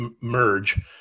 merge